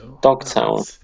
Dogtown